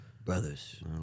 Brothers